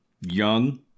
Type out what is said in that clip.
Young